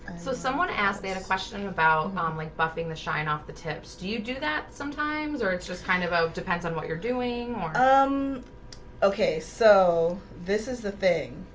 so someone asked me and a question about mom um like buffing the shine off the tips do you do that sometimes or it's just kind of out depends on what you're doing? um okay, so this is the thing